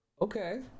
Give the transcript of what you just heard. Okay